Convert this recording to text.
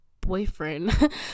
boyfriend